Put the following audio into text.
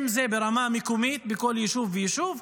אם זה ברמה מקומית בכל יישוב ויישוב,